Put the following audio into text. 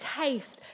taste